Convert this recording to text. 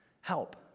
help